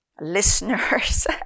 listeners